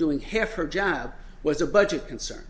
doing half her job was a budget concern